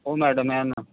हो मॅडम या ना